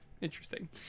Interesting